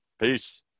Peace